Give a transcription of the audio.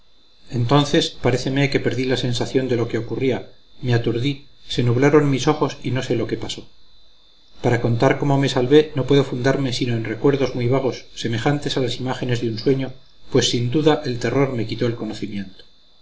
entonces paréceme que perdí la sensación de lo que ocurría me aturdí se nublaron mis ojos y no sé lo que pasó para contar cómo me salvé no puedo fundarme sino en recuerdos muy vagos semejantes a las imágenes de un sueño pues sin duda el terror me quitó el conocimiento